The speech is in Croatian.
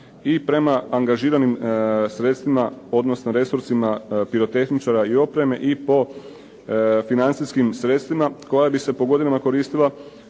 i prema angažiranim sredstvima odnosno resursima pirotehničara i opreme i po financijskim sredstvima koja bi se po godinama koristila